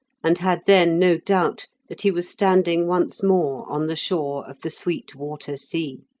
and had then no doubt that he was standing once more on the shore of the sweet water sea.